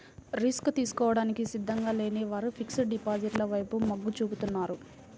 risk తీసుకోవడానికి సిద్ధంగా లేని వారు ఫిక్స్డ్ డిపాజిట్ల వైపు మొగ్గు చూపుతున్నారు